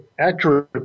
accurate